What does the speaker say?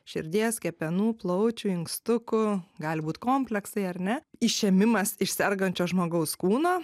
širdies kepenų plaučių inkstukų gali būt kompleksai ar ne išėmimas iš sergančio žmogaus kūno